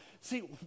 See